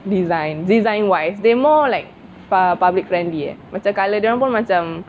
design design wise they more like for public friendly eh macam colour dorang macam